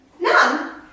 None